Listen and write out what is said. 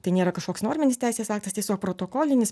tai nėra kažkoks norminis teisės aktas tiesiog protokolinis